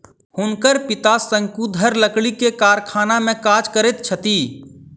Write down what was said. हुनकर पिता शंकुधर लकड़ी के कारखाना में काज करैत छथि